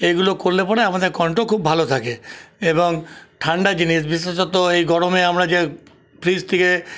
এগুলো করলে পরে আমাদের কন্ঠ খুব ভালো থাকে এবং ঠান্ডা জিনিস বিশেষত এই গরমে আমরা যে ফ্রিজ থেকে